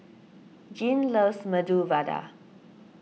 Jeane loves Medu Vada